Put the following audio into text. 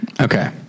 Okay